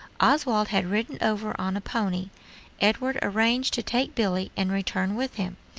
oswald had ridden over on a pony edward arranged to take billy and return with him.